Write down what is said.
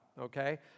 okay